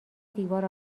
دیوار